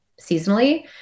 seasonally